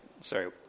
Sorry